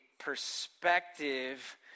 perspective